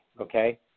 okay